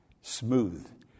smooth